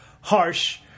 harsh